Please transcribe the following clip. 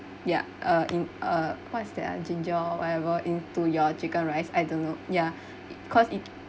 ya uh in uh what is that ah ginger or whatever into your chicken rice I don't know ya cause it